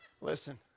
Listen